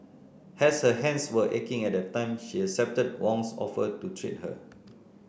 as her hands were aching at that time she accepted Wong's offer to treat her